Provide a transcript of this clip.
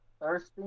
Thirsty